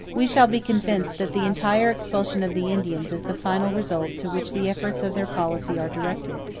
we shall be convinced that the entire expulsion of the indians is the final result to which the efforts of their policy are directed.